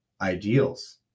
ideals